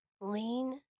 lean